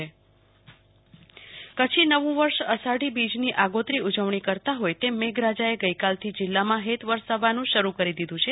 કલ્પના શાહ કચ્છમાં વરસાદ કચ્છી નવું વર્ષ અષાડી બીજની આગોતરી ઉજવણી કરતા હોય તેમ મેઘરાજાએ ગઈકાલથી જિલ્લામાં હેત વરસાવવાનું શરૂ કરી દીધું છે